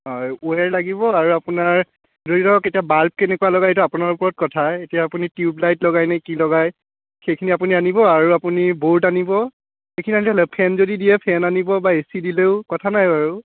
হয় ওৱেৰ লাগিব আৰু আপোনাৰ ধৰি লওক এতিয়া বাল্ব কেনেকুৱা লগায় সেইটো আপোনাৰ ওপৰত কথা এতিয়া আপুনি টিউবলাইট লগায় নে কি লগায় সেইখিনি আপুনি আনিব আৰু আপুনি বৰ্ড আনিব এইখিনি আনিলে ফেন যদি দিয়ে ফেন আনিব বা এ চি দিলেও কথা নাই বাৰু